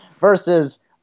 versus